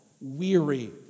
weary